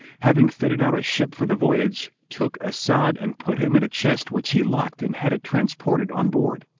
having fitted out a ship for the voyage, took as'ad and put him in a chest which he locked and had it transported on board.